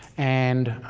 and